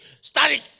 Study